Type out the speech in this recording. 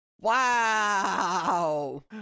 Wow